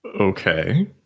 okay